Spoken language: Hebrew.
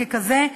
ככאלה,